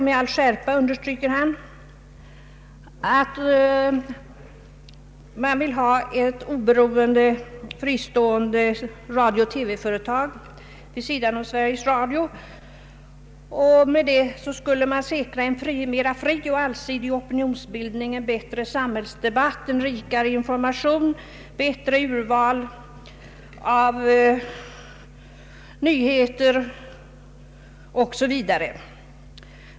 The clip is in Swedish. Med all skärpa understryker han att man vill ha ett oberoende och fristående radio-TV-företag vid sidan av Sveriges Radio. Därmed skulle man säkra en fri och mera allsidig opinionsbildning, en bättre samhällsdebatt, en rikare information, bättre urval av nyheter 0. s. v.